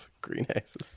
greenhouses